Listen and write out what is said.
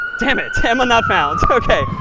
dammit. emma not found. ok,